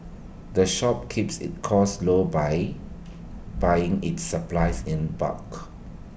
the shop keeps its costs low by buying its supplies in bulk